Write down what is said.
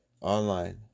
online